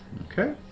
Okay